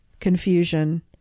confusion